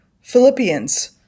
Philippians